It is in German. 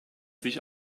sich